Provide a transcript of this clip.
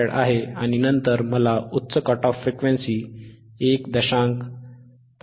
1µF आहे आणि नंतर मला उच्च कट ऑफ फ्रिक्वेन्सी 1